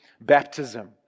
baptism